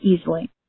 easily